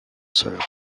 sœur